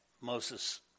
Moses